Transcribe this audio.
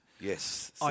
Yes